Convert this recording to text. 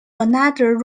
another